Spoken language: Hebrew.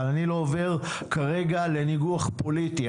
אבל אני לא עובר כרגע לניגוח פוליטי.